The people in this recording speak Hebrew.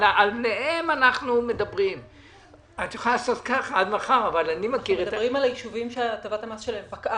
אנחנו מדברים על היישובים שהטבת המס שלהם פקעה.